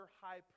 high